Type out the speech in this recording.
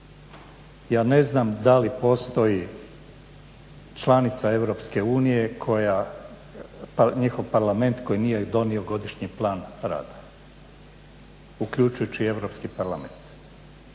Ja ne znam dali postoji članica EU koja njihov parlament koji nije donio godišnji plan rada, uključujući i europski parlament.